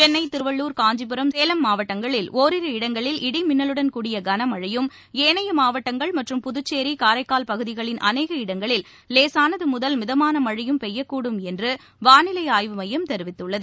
சென்னை திருவள்ளுர் காஞ்சிபுரம் சேலம் மாவட்டங்களில் ஓரிரு இடங்களில் இடி மின்னலுடன் கூடிய கனமழையும் ஏனைய மாவட்டங்கள் மற்றம் புதுச்சேரி காரைக்கால் பகுதிகளின் அநேக இடங்களில் லேசானதுமுதல் மிதமானமழையும் பெய்யக்கூடும் என்றுவானிலைஆய்வுமையம் தெரிவித்துள்ளது